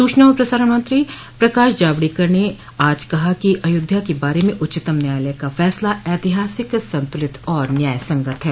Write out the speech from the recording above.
सूचना और प्रसारण मंत्री प्रकाश जावडेकर ने आज कहा है कि अयोध्या के बारे में उच्चतम न्यायालय का फैसला ऐतिहासिक संतुलित और न्याय संगत है